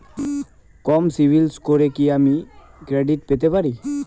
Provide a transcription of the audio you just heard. কম সিবিল স্কোরে কি আমি ক্রেডিট পেতে পারি?